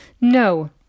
No